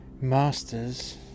Masters